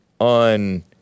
on